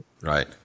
Right